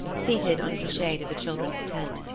seated under the shade of the children's tent.